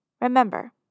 Remember